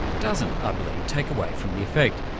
doesn't, i believe, take away from the effect.